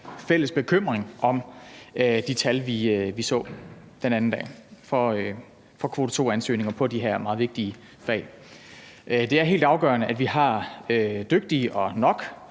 fælles bekymring om de tal, vi så den anden dag, for kvote 2-ansøgninger på de her meget vigtige fag. Det er helt afgørende, at vi har dygtige og nok